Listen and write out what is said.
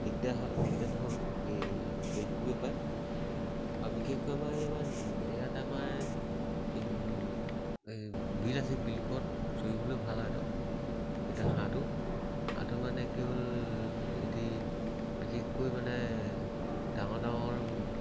দিগদাৰ হয় দিগদাৰ নহয় এই চৰি ফুৰিব পাৰে আৰু বিশেষকৈ আমাৰ এই আমাৰ ইয়াত আমাৰ এই এই বিল আছে বিলবোৰত চৰিবলৈ ভাল হয় সিহঁতৰ এতিয়া হাঁহটো হাঁহটো মানে কি হ'ল সেহেঁতি বিশেষকৈ মানে ডাঙৰ ডাঙৰ